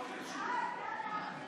ושיפור זכויות), התשפ"ב 2021,